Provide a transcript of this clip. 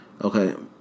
Okay